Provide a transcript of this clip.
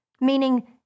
meaning